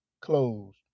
closed